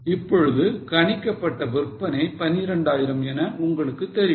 இப்பொழுது கணிக்கப்பட்ட விற்பனை 12000 என உங்களுக்கு தெரியும்